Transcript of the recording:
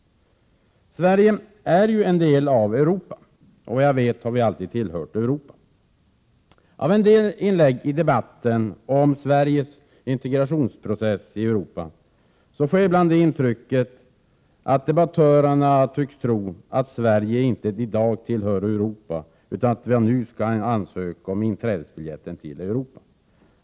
Sverige är ju en del av Europa; såvitt jag vet har det alltid tillhört Europa. Av en del inlägg i debatten om Sveriges integration i Europa får jag det intrycket att debattörerna tycks tro att Sverige inte i dag tillhör Europa, utan att vi nu skall ansöka om inträdesbiljett.